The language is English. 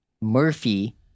Murphy